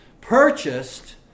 purchased